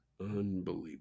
Unbelievable